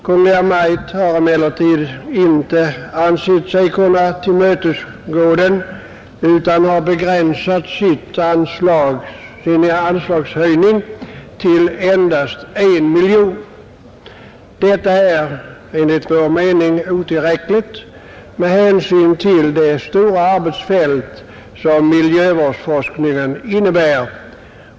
Kungl. Maj:t har emellertid inte ansett sig kunna tillmötesgå den utan har begränsat anslagshöjningen till endast 1 160 000 kronor. Detta belopp är enligt vår mening otillräckligt med hänsyn till det stora arbetsfält som miljövårdsforskningen omfattar.